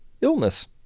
illness